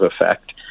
effect